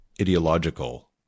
ideological